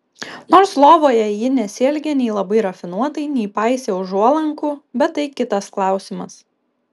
nors lovoje ji nesielgė nei labai rafinuotai nei paisė užuolankų bet tai kitas klausimas